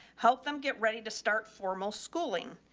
help them get ready to start formal schooling.